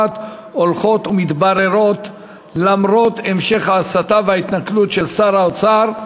הולכות ומתבררות למרות המשך ההסתה וההתנכלות של שר האוצר.